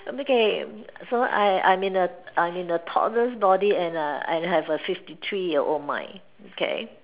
um okay so I I I'm in A I'm in a toddler's body and I have a fifty three mind okay